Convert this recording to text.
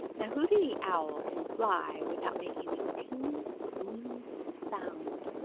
now hooty the owl can fly without making the teeniest, weeniest sound.